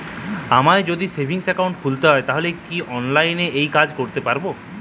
আমায় যদি savings account খুলতে হয় তাহলে কি অনলাইনে এই কাজ করতে পারবো?